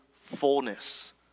fullness